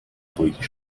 bleak